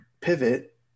pivot